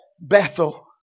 Bethel